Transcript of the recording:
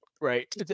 Right